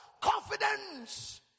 confidence